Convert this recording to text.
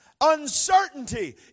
Uncertainty